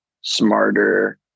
smarter